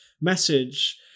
message